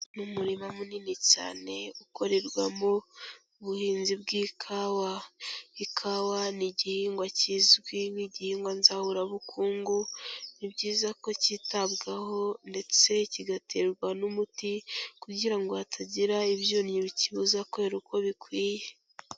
Ni umurima munini cyane ukorerwamo ubuhinzi bw'ikawa. Ikawa ni igihingwa kizwi nk'igihingwa nzahurabukungu, ni byiza ko cyitabwaho ndetse kigaterwa n'umuti, kugira ngo hatagira ibyonnyi bikibuza kwera uko bikwiye.